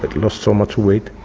lost so much weight,